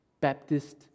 Baptist